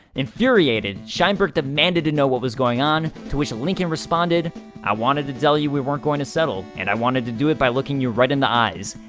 infuriated, sheinberg demanded to know what was going on, to which lincoln responded i wanted to tell you we aren't going to settle and i wanted to do it by looking you right in the eyes.